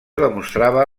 demostrava